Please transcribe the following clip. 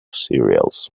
cereals